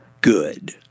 good